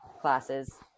classes